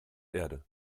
erde